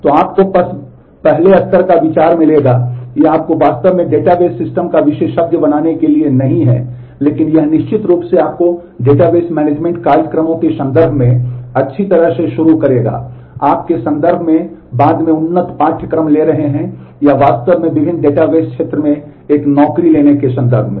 तो आपको बस पहले स्तर का विचार मिलेगा यह आपको वास्तव में डेटाबेस सिस्टम का विशेषज्ञ बनाने के लिए नहीं है लेकिन यह निश्चित रूप से आपको डेटाबेस मैनेजमेंट कार्यक्रमों के संदर्भ में अच्छी तरह से शुरू करेगा आप के संदर्भ में बाद में उन्नत पाठ्यक्रम ले रहे हैं या वास्तव में विभिन्न डेटाबेस क्षेत्र में एक नौकरी लेने के संदर्भ में